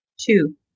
Two